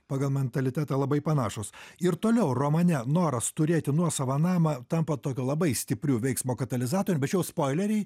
pagal mentalitetą labai panašūs ir toliau romane noras turėti nuosavą namą tampa tokiu labai stipriu veiksmo katalizatorium bet čia jau spoileriai